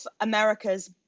America's